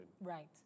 Right